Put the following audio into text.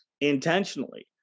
intentionally